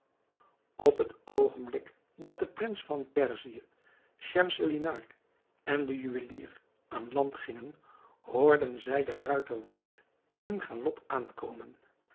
op het oogenblik dat de prins van perzië schemselnihar en de juwelier aan land gingen hoorden zij de ruiterwacht in galop aankomen